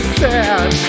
sad